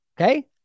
Okay